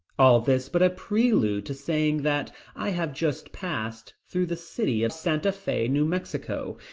all this but a prelude to saying that i have just passed through the city of santa fe, new mexico.